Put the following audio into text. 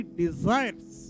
desires